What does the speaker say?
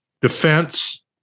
defense